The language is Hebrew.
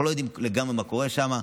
אנחנו לא יודעים לגמרי מה קורה שם.